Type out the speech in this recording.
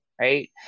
right